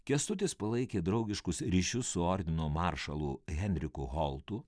kęstutis palaikė draugiškus ryšius su ordino maršalu henriko haltu